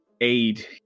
aid